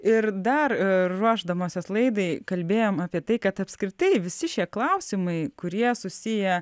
ir dar ruošdamasis laidai kalbėjom apie tai kad apskritai visi šie klausimai kurie susiję